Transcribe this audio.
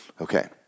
Okay